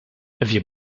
wir